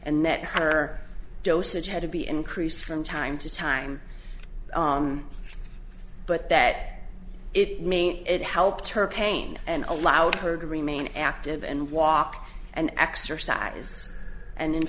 that her dosage had to be increased from time to time but that it mean it helped her pain and allowed her to remain active and walk and exercise and in